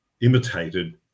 imitated